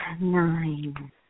Nine